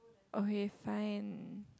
okay fine